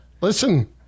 Listen